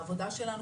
העבודה שלנו,